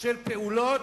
של פעולות,